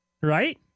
Right